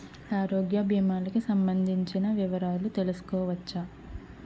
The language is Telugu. ఆరోగ్య భీమాలకి సంబందించిన వివరాలు తెలుసుకోవచ్చా?